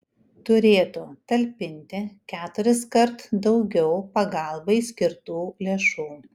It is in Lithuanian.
turėtų talpinti keturiskart daugiau pagalbai skirtų lėšų